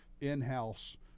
in-house